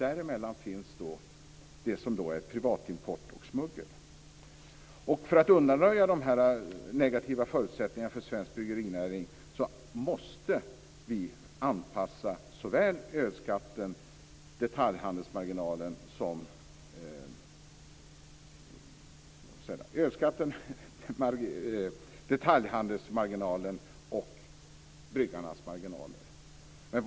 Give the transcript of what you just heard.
Däremellan finns då privatimporten och smugglingen. För att undanröja dessa negativa förutsättningar för den svenska bryggerinäringen måste vi anpassa såväl ölskatten, detaljhandelsmarginalen som bryggarnas marginaler.